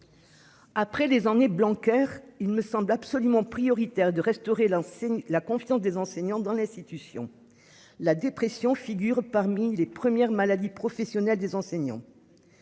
Après des années blanc coeur il me semble absolument prioritaire de restaurer la la confiance des enseignants dans l'institution. La dépression figurent parmi les premières maladies professionnelle des enseignants.